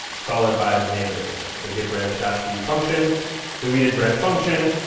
followed by the name of the branch. so git branch dash d function deleted branch function.